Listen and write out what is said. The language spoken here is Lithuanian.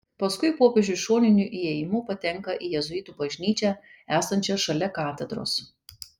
paskui popiežius šoniniu įėjimu patenka į jėzuitų bažnyčią esančią šalia katedros